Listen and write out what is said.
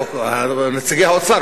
נציגי האוצר,